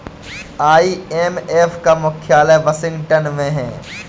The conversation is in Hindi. आई.एम.एफ का मुख्यालय वाशिंगटन में है